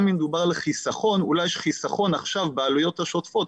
גם אם מדובר על חיסכון אולי יש חיסכון עכשיו בעלויות השוטפות,